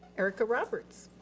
erica roberts.